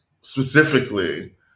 specifically